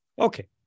Okay